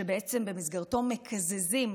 שבעצם במסגרתו מקזזים,